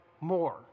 more